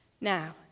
now